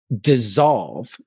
dissolve